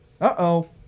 Uh-oh